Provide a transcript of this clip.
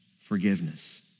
Forgiveness